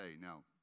Now